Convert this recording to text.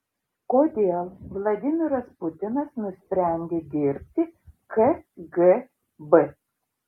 kodėl vladimiras putinas nusprendė dirbti kgb